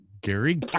Gary